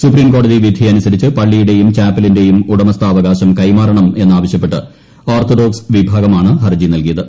supreme കോടതി വിധിയനുസരിച്ച് പള്ളിയുടെയും ചാപ്പലിന്റെയും ഉടമസ്ഥാവകാശം കൈമാറണം എന്നാവശ്യപ്പെട്ട് ഓർത്തഡോക്സ് വിഭാഗമാണ് ഹർജി നൽകിയത്